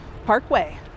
Parkway